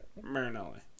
Marinelli